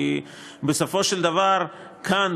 כי בסופו של דבר כאן,